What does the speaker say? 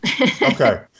Okay